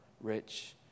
rich